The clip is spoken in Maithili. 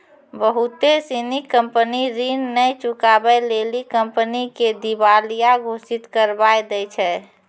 बहुते सिनी कंपनी ऋण नै चुकाबै लेली कंपनी के दिबालिया घोषित करबाय दै छै